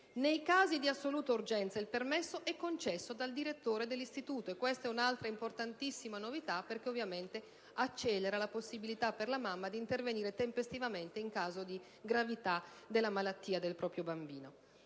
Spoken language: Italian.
Nei casi di assoluta urgenza il permesso è concesso dal direttore dell'istituto: questa è un'altra novità molto importante, perché accelera la possibilità per la mamma di intervenire tempestivamente in caso di gravità della malattia del proprio bambino.